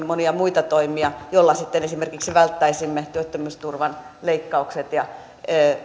monia muita toimia joilla sitten esimerkiksi välttäisimme työttömyysturvan leikkaukset ja